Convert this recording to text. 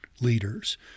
leaders